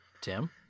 Tim